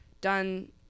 done